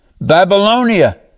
Babylonia